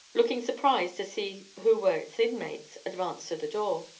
looking surprised to see who were its inmates, advanced to the door.